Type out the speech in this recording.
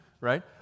Right